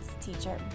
teacher